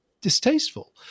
distasteful